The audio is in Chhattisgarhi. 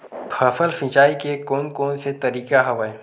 फसल सिंचाई के कोन कोन से तरीका हवय?